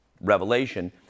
Revelation